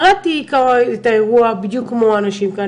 קראתי את האירוע בדיוק כמו האנשים כאן,